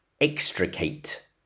extricate